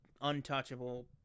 untouchable